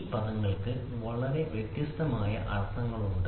ഈ 2 പദങ്ങൾക്ക് വളരെ വ്യത്യസ്തമായ അർത്ഥങ്ങളുണ്ട്